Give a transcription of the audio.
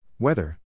Weather